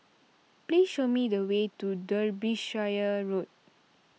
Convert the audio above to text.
please show me the way to Derbyshire Road